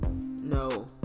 no